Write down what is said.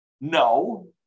no